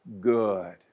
good